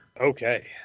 Okay